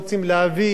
זה הישרדות,